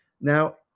Now